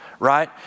right